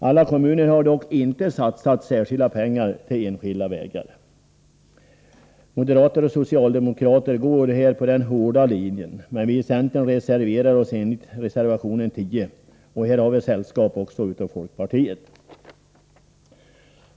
Alla kommuner har dock inte satsat särskilda pengar till enskilda vägar. Moderater och socialdemokrater går här på den hårda linjen, men vi i centern reserverar oss enligt reservation 10, och här har vi sällskap av folkpartiet.